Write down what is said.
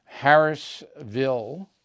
Harrisville